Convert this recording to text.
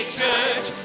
church